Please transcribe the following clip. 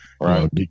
right